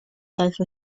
daeth